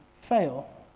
fail